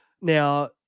Now